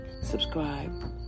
subscribe